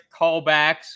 callbacks